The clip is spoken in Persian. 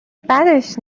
بدش